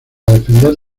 defender